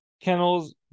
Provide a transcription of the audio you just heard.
kennels